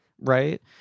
right